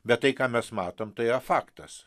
bet tai ką mes matom tai yra faktas